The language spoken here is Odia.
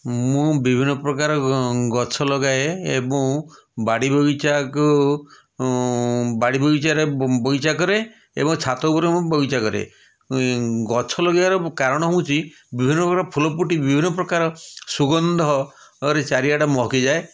ମୁଁ ବିଭିନ୍ନ ପ୍ରକାର ଗ ଗଛ ଲଗାଏ ଏବଂ ବାଡ଼ି ବଗିଚାକୁ ବାଡ଼ି ବଗିଚାରେ ବ ବଗିଚା କରେ ଏବଂ ଛାତ ଉପରେ ମୁଁ ବଗିଚା କରେ ଗଛ ଲଗେଇବାର କାରଣ ହେଉଛି ବିଭିନ୍ନ ପ୍ରକାର ଫୁଲ ଫୁଟି ବିଭିନ୍ନ ପ୍ରକାର ସୁଗନ୍ଧରେ ଚାରିଆଡ଼ ମହକି ଯାଏ